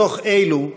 בתוך אלו,